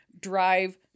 drive